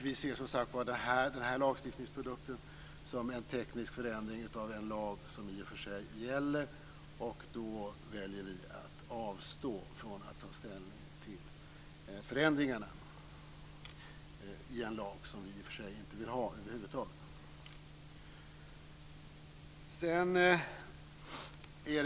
Vi ser som sagt var denna lagstiftningsprodukt som en teknisk förändring av en lag som i och för sig gäller, och då väljer vi att avstå från att ta ställning till förändringarna i en lag som vi över huvud taget inte vill ha.